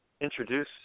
introduce